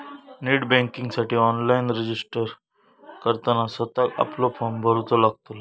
net बँकिंगसाठी online registered करताना स्वतःक आपलो फॉर्म भरूचो लागतलो